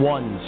One